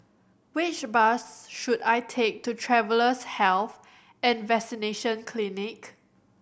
which bus should I take to Travellers' Health and Vaccination Clinic